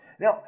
Now